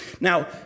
Now